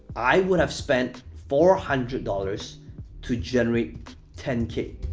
i would have spent four hundred dollars to generate ten k.